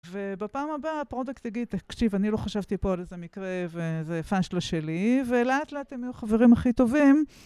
ובפעם הבאה, הפרודקט תגיד, תקשיב, אני לא חשבתי פה על איזה מקרה וזה פאשלה שלי, ולאט לאט הם יהיו החברים הכי טובים.